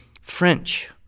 French